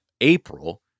April